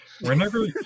Whenever